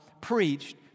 preached